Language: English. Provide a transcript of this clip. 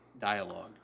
dialogue